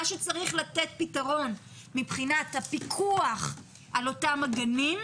מה שצריך לתת פתרון מבחינת הפיקוח על אותם הגנים,